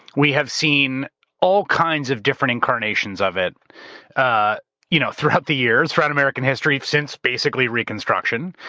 we have seen all kinds of different incarnations of it ah you know throughout the years, throughout american history, since basically reconstruction.